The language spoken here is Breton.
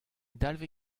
dalvez